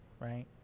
right